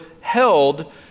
held